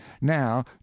now